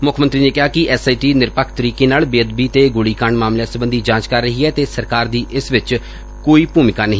ਮੁੱਖ ਮੰਤਰੀ ਨੇ ਕਿਹਾ ਕਿ ਐਸ ਆਈ ਟੀ ਨਿਰਪੱਖ ਤਰੀਕੇ ਨਾਲ ਬੱਅਦਬੀ ਤੇ ਗੋਲੀਕਾਂਡ ਮਾਮਲਿਆਂ ਸਬੰਧੀ ਜਾਂਚ ਕਰ ਰਹੀ ਐ ਤੇ ਸਰਕਾਰ ਦੀ ਇਸ ਵਿਚ ਕੋਈ ਭੁਮਿਕਾ ਨਹੀਂ